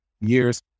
years